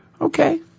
Okay